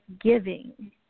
giving